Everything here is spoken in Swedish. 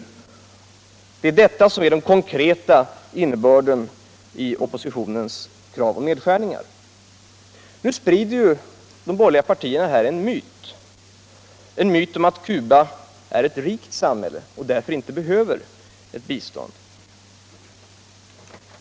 Det är detta som är den konkreta innebörden i oppositionens krav på nedskärningar. Nu sprider ju de borgerliga partierna en myt om att Cuba är ett rikt samhälle och därför inte behöver bistånd.